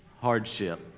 hardship